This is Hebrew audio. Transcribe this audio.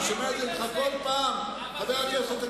אני שומע את זה ממך כל פעם, חבר